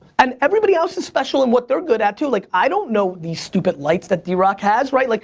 and everybody else is special in what they're good at too. like i don't know these stupid lights that drock has, right? like